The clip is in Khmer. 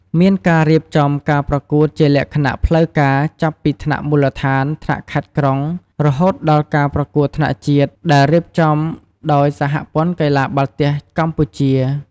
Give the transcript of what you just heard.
មានការរៀបចំការប្រកួតជាលក្ខណៈផ្លូវការ ចាប់ពីថ្នាក់មូលដ្ឋាន ថ្នាក់ខេត្ត-ក្រុង រហូតដល់ការប្រកួតថ្នាក់ជាតិដែលរៀបចំដោយសហព័ន្ធកីឡាបាល់ទះកម្ពុជា។